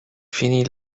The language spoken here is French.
finit